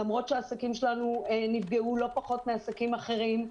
למרות שהעסקים שלנו נפגעו לא פחות מעסקים אחרים,